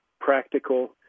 practical